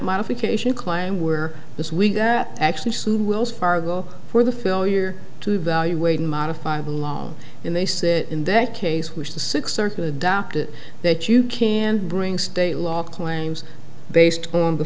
modification plan where this week that actually sued wells fargo for the failure to evaluate and modify the law and they said in that case which the six circle adopted that you can bring state law claims based on the